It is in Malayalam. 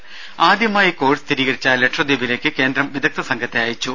രുര ആദ്യമായി കോവിഡ് സ്ഥിരീകരിച്ച ലക്ഷദ്വീപിലേക്ക് കേന്ദ്രം വിദഗ്ധ സംഘത്തെ അയച്ചു